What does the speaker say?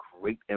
great